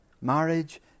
Marriage